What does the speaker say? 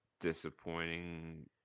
disappointing